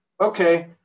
okay